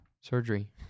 Surgery